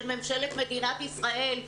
של ממשלת מדינת ישראל.